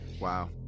Wow